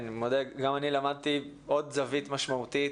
גם אני למדתי עוד זווית משמעותית,